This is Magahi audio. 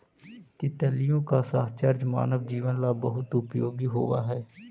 तितलियों का साहचर्य मानव जीवन ला बहुत उपयोगी होवअ हई